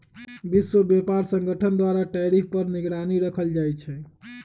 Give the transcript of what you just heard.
विश्व व्यापार संगठन द्वारा टैरिफ पर निगरानी राखल जाइ छै